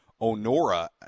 Onora